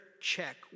check